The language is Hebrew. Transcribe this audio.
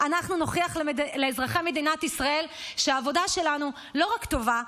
אנחנו נוכיח לאזרחי מדינת ישראל שהעבודה שלנו לא רק טובה,